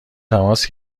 تماس